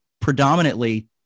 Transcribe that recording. predominantly